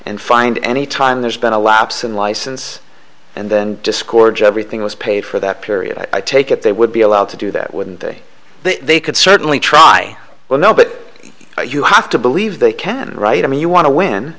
and find any time there's been a lapse in license and then dischord job rethink was paid for that period i take it they would be allowed to do that wouldn't they they could certainly try well no but you have to believe they can write i mean you want to win